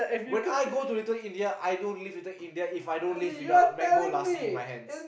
when I go to Little-India I don't leave Little-India If I don't leave without mango lassi in my hands